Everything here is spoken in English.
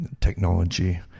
technology